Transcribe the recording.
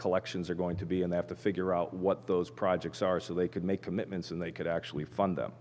collections are going to be and they have to figure out what those projects are so they could make commitments and they could actually fund them